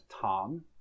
Tom